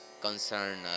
concern